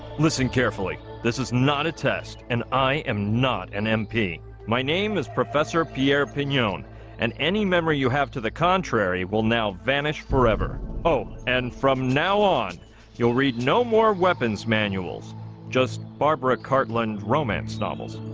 listen carefully. this is not a test, and i am not an mp my name is professor pierre pinion and any memory you have to the contrary will now vanish forever oh and from now on you'll read no more weapons manuals just barbara cartland romance novels